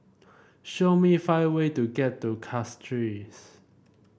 show me five way to get to Castries